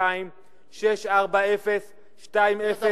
02-6402089,